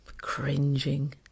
cringing